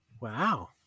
wow